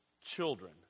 children